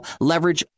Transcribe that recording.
leverage